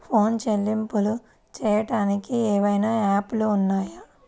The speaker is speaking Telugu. ఫోన్ చెల్లింపులు చెయ్యటానికి ఏవైనా యాప్లు ఉన్నాయా?